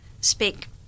speak